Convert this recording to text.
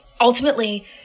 Ultimately